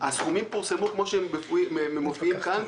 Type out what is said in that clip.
הסכומים פורסמו כמו שהם מופיעים כאן,